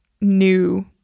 new